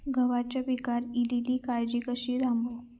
गव्हाच्या पिकार इलीली काजळी कशी थांबव?